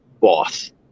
boss